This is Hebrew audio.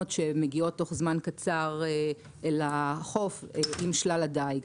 שמגיעות תוך זמן קצר אל החוף עם שלל הדיג.